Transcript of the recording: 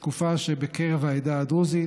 בתקופה שבקרב העדה הדרוזית